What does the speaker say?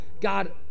God